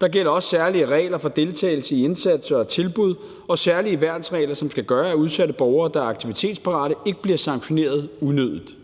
Der gælder også særlige regler for deltagelse i indsatser og tilbud, og der er særlige værnsregler, som skal gøre, at udsatte borgere, som er aktivitetsparate, ikke bliver sanktioneret unødigt.